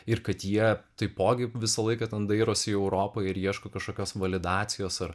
ir kad jie taipogi visą laiką ten dairosi į europą ir ieško kažkokios validacijos ar